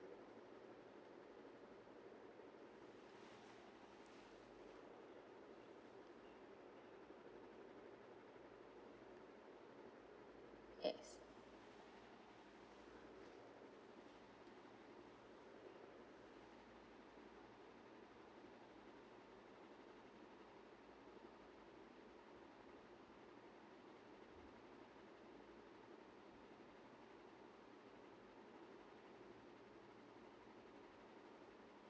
yes